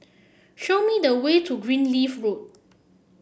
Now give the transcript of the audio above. show me the way to Greenleaf Road